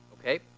Okay